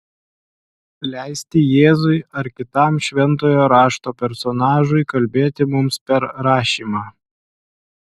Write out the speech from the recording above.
leisti jėzui ar kitam šventojo rašto personažui kalbėti mums per rašymą